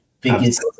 biggest